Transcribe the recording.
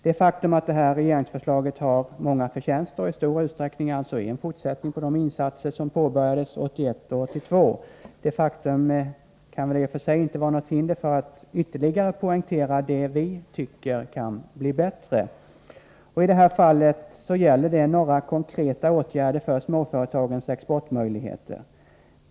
Det faktum att detta regeringsförslag har många förtjänster — och i stor utsträckning är en fortsättning på de insatser som påbörjades 1981-1982 — kan väl i och för sig inte vara något hinder för att ytterligare poängtera det vi anser kan bli bättre. I detta fall gäller det några konkreta åtgärder för småföretagens exportmöjligheter.